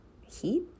heat